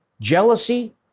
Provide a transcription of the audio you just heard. jealousy